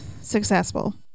successful